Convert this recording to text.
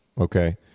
okay